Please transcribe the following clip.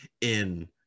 in-